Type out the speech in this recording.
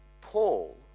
Paul